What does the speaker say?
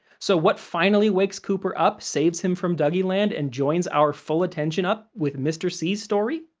so, what finally wakes cooper up, saves him from dougieland and joins our full attention up with mr. c's story?